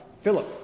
Philip